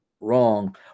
wrong